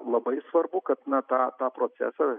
labai svarbu kad na tą tą procesą